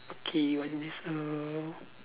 okay when there's a